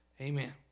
Amen